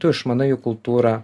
tu išmanai kultūrą